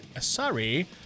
Sorry